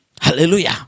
hallelujah